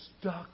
stuck